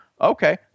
okay